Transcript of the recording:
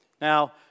Now